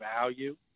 value